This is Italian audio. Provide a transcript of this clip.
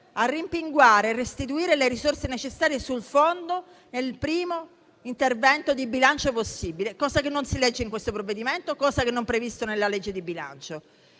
a rimpinguare e restituire le risorse necessarie sul fondo nel primo intervento di bilancio possibile. Ciò non si legge in questo provvedimento e non è previsto nella legge di bilancio.